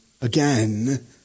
again